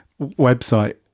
website